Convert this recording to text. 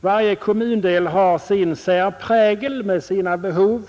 Varje kommundel har sin särprägel med sina behov.